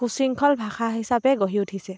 সু শৃংখল ভাষা হিচাপে গঢ়ি উঠিছে